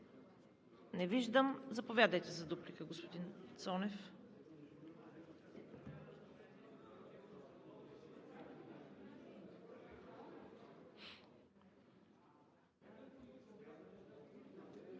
Не виждам. Заповядайте за дуплика, господин Цонев.